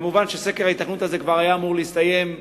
מובן שסקר ההיתכנות הזה כבר היה אמור להסתיים מזמן,